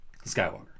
Skywalker